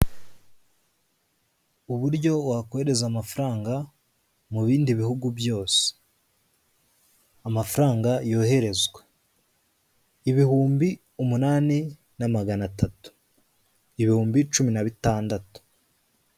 Uburyo wakohereza amafaranga mu bindi bihugu byose. Amafaranga yoherezwa ibihumbi umunani na magana atatu, ibihumbi cumi na bitandatu.